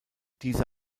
diese